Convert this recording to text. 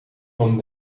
van